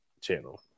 channel